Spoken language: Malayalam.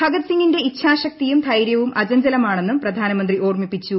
ഭഗത് സിംഗിന്റെ ഇച്ഛാശക്തിയും ധൈര്യവും അചഞ്ചലമാ ണെന്നും പ്രധാനമന്ത്രി ഓർമ്മിപ്പിച്ചു